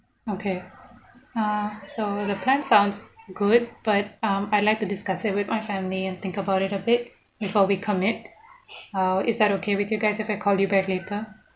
okay ah so the plan sounds good but um I like to discuss it with my family and think about it a bit before we commit uh is that okay with you guys if I call you back later